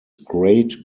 great